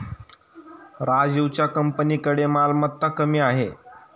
राजीवच्या कंपनीकडे मालमत्ता कमी आहे